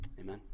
Amen